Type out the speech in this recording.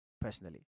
personally